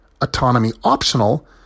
autonomy-optional